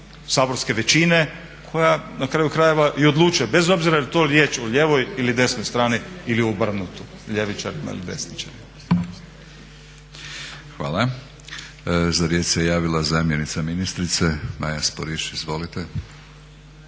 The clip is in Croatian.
saborske većine koja na kraju krajeva i odlučuje bez obzira je li to riječ o lijevoj ili desnoj strani ili obrnuto ljevičarima ili desničarima. **Batinić, Milorad (HNS)** Hvala. Za riječ se javila zamjenica ministrice Maja Sporiš, izvolite.